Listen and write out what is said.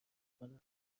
کنم